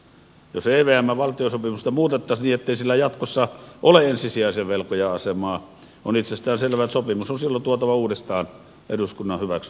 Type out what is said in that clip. jos evmn valtiosopimusta muutettaisiin niin ettei sillä jatkossa ole ensisijaisen velkojan asemaa on itsestään selvää että sopimus on silloin tuotava uudestaan eduskunnan hyväksyttäväksi